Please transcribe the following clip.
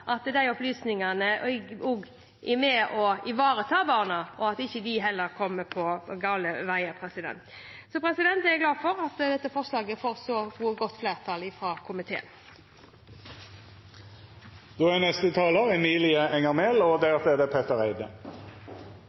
at de opplysningene er med på å ivareta barna, og at de ikke kommer på gale veier. Jeg er glad for at dette forslaget får et så stort flertall i komiteen. Den teknologiske utviklingen skjer raskt i alle deler av samfunnet, inkludert på plattformer og steder hvor barn og unge oppholder seg. Det er